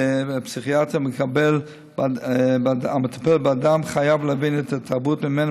הפסיכיאטר המטפל באדם חייב להבין את התרבות שממנו